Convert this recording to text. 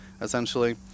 essentially